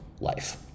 life